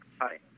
Hi